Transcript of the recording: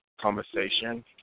conversation